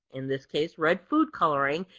in this case red food coloring,